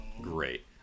Great